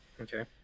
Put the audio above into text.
Okay